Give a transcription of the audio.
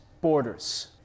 borders